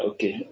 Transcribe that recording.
Okay